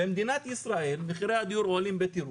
במדינת ישראל מחירי הדיור עולים בטירוף.